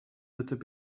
not